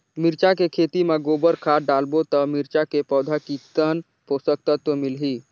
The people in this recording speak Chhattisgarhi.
मिरचा के खेती मां गोबर खाद डालबो ता मिरचा के पौधा कितन पोषक तत्व मिलही?